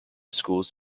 schools